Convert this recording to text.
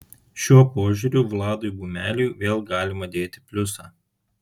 šiuo požiūriu vladui bumeliui vėl galima dėti pliusą